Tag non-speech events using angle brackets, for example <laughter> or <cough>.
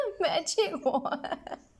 <laughs> magic wand